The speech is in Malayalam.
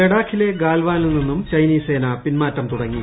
ലഡാഖിലെ ഗാൽവാനിൽ നിന്നും ചൈനീസ് സേന പിൻമാറ്റം തുടങ്ങി